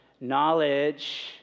Knowledge